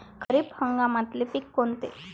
खरीप हंगामातले पिकं कोनते?